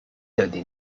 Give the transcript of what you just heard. دادی